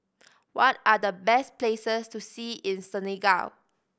what are the best places to see in Senegal